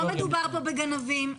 לא מדובר כאן בגנבים,